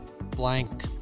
blank